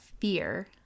fear